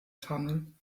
tunnel